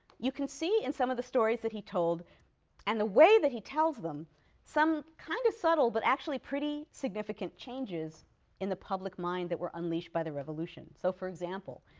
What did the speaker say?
you can see in some of the stories that he told and the way that he tells them some kind of subtle but actually pretty significant changes in the public mind that were unleashed by the revolution. so for example,